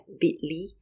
bit.ly